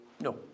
No